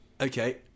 Okay